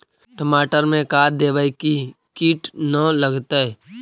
टमाटर में का देबै कि किट न लगतै?